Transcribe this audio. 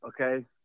Okay